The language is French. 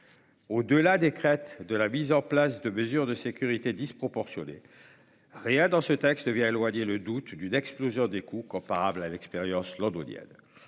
peut nourrir sur la mise en place de mesures de sécurité disproportionnées, rien dans le texte ne vient éloigner l'hypothèse d'une explosion des coûts comparable à celle de l'expérience londonienne.